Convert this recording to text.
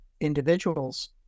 individuals